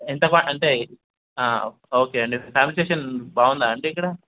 ఎంత అంటే ఓకే అండి ఫ్యామిలి స్టేషన్ బాగుందా అండి ఇక్కడ